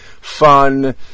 fun